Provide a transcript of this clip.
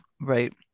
right